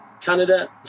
Canada